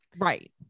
Right